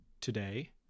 today